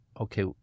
okay